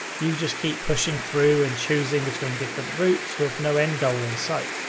you just keep pushing through and choosing between different routes with no end goal in sight.